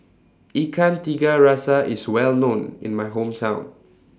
Ikan Tiga Rasa IS Well known in My Hometown